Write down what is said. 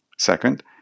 Second